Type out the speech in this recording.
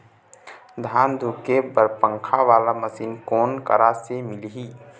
धान धुके बर पंखा वाला मशीन कोन करा से मिलही?